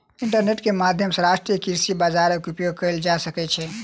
internet के माध्यम सॅ राष्ट्रीय कृषि बजारक उपयोग कएल जा सकै छै